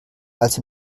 als